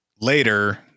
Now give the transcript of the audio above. later